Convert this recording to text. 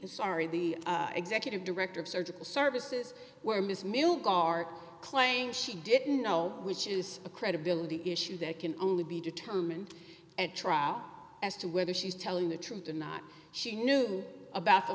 p sorry the executive director of surgical services where ms mill dark claims she didn't know which is a credibility issue that can only be determined at trial as to whether she's telling the truth or not she knew about the